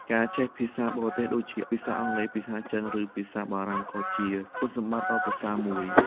ការចេះភាសាបរទេសដូចជា ភាសាអង់គ្លេស ភាសាចិន ឬភាសាបារាំង ក៏ជាគុណសម្បត្តិដ៏ប្រសើរមួយ។